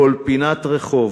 כל פינת רחוב